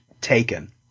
taken